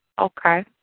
Okay